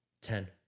Ten